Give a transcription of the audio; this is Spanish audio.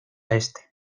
este